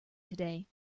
today